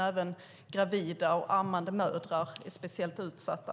Även gravida och ammande mödrar är speciellt utsatta.